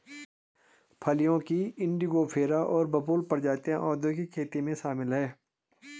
फलियों की इंडिगोफेरा और बबूल प्रजातियां औद्योगिक खेती में शामिल हैं